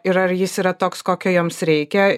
ir ar jis yra toks kokio jiems reikia